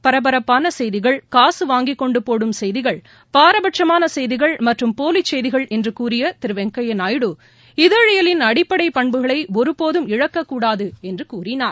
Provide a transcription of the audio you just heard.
பரபரப்பாள செய்திகள் காசு வாங்கிகொண்டு போடும் செய்திகள் பாரபட்சமான செய்திகள் மற்றும் போலிச்செய்திகள் என்று கூறிய திரு வெங்கையா நாயுடு இதழியலின் அடிப்படை பன்புகளை ஒருபோதும் இழக்கக்கூடாது என்று கூறினார்